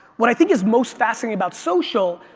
what i think is most fascinating about social,